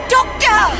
Doctor